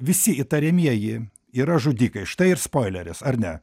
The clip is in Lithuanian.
visi įtariamieji yra žudikai štai ir spoileris ar ne